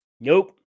Nope